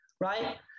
right